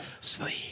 Sleep